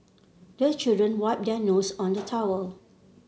the children wipe their noses on the towel